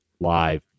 live